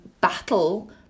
battle